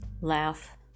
laugh